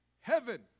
heaven